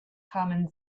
kamen